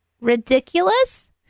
Ridiculous